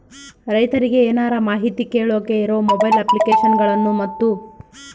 ರೈತರಿಗೆ ಏನರ ಮಾಹಿತಿ ಕೇಳೋಕೆ ಇರೋ ಮೊಬೈಲ್ ಅಪ್ಲಿಕೇಶನ್ ಗಳನ್ನು ಮತ್ತು?